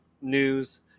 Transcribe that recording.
news